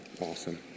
Awesome